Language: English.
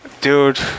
Dude